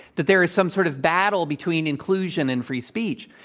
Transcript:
that there is some sort of battle between inclusion and free speech,